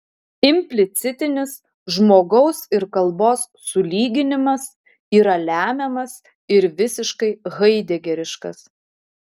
implicitinis žmogaus ir kalbos sulyginimas yra lemiamas ir visiškai haidegeriškas